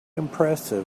impressive